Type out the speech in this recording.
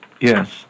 Yes